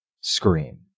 scream